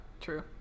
true